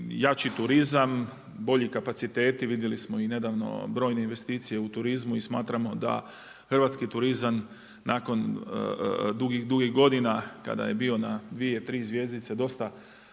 jači turizam, bolji kapaciteti, vidjeli smo i nedavno, brojne investicije u turizmu i smatramo da hrvatski turizam nakon dugih dugih godina, kada je bio na 2, 3 zvjezdice dosta,